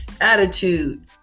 attitude